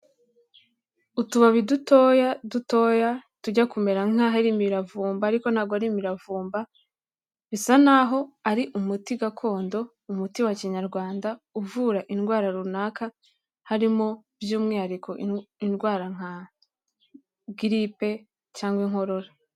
Utubabi dutoya dutoya tujya kumera nk'aho ari imiravumba ariko ntabwo ari imiravumba, bisa nk'aho ari umuti gakondo, umuti wa Kinyarwanda uvura indwara runaka harimo by'umwihariko indwara nka giripe cyangwa inkorora.